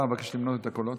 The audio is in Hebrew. למנות את הקולות,